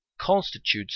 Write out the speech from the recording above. constitutes